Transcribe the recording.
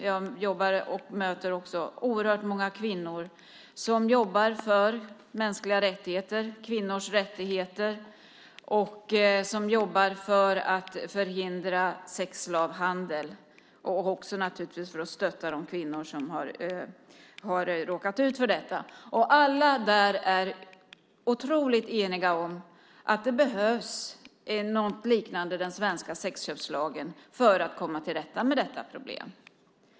Jag möter också oerhört många kvinnor som jobbar för mänskliga rättigheter, kvinnors rättigheter, för att förhindra sexslavhandel och för att stötta de kvinnor som har råkat ut för detta. De är alla otroligt eniga om att det behövs något liknande den svenska sexköpslagen för att komma till rätta med detta problem.